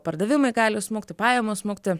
pardavimai gali smukti pajamos smukti